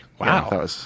Wow